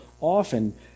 often